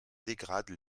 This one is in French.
dégrade